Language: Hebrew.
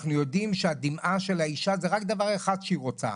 אנחנו יודעים שהדמעה של האישה זה רק דבר אחד שהיא רוצה,